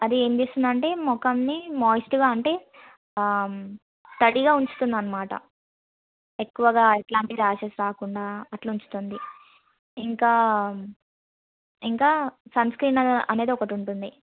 అది ఏం చేస్తుంది అంటే ముఖంని మాయిశ్చ్గా అంటే తడిగా ఉంచుతుందన్నమాట ఎక్కువగా ఎట్లాంటి ర్యాషెష్ రాకుండా అట్లా ఉంచుతుంది ఇంకా ఇంకా సన్స్క్రీన్ అ అనేది ఒకటి ఉంటుంది